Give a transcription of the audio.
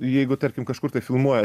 jeigu tarkim kažkur tai filmuoja